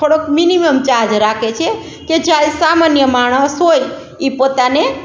થોડોક minimum charge રાખે છે કે જે આ સામાન્ય માણસ હોય એ પોતાને